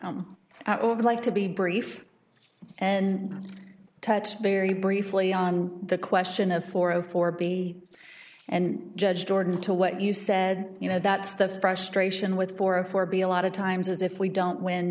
of like to be brief and touched very briefly on the question of four zero four b and judge jordan to what you said you know that's the frustration with four of four be a lot of times as if we don't wind